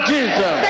Jesus